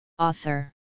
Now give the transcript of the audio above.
author